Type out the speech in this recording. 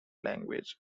language